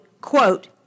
quote